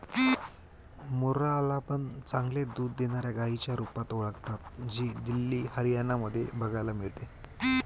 मुर्रा ला पण चांगले दूध देणाऱ्या गाईच्या रुपात ओळखता, जी दिल्ली, हरियाणा मध्ये बघायला मिळते